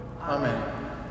Amen